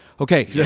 Okay